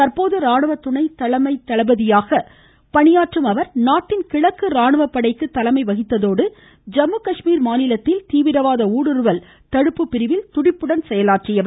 தற்போது ராணுவ துணை தலைமை தளபதியாக பணியாற்றும் இவர் நாட்டின் கிழக்கு ராணுவ படைக்கு தலைமை வகித்ததோடு ஜம்முகாஷ்மீா மாநிலத்தில் தீவிரவாத ஊடுருவல் தடுப்பு பிரிவில் துடிப்புடன் செயலாற்றியவர்